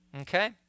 Okay